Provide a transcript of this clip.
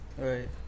Right